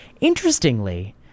Interestingly